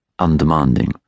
undemanding